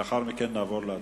לאחר מכן נעבור להצבעה.